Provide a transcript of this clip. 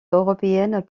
européennes